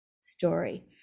story